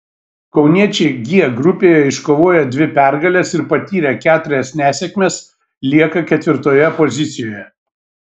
kauniečiai g grupėje iškovoję dvi pergales ir patyrę keturias nesėkmes lieka ketvirtoje pozicijoje